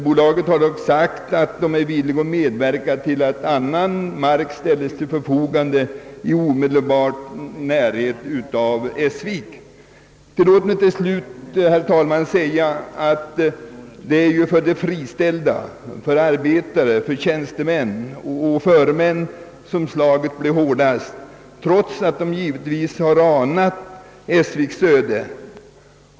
Bolaget har dock förklarat att det är villigt medverka till att annan mark ställes till förfogande i omedelbar närhet av Essvik. Tillåt mig slutligen säga, herr talman, att för arbetare, förmän och tjänstemän blir slaget hårdast, trots att de har anat Essviks öde.